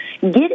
Get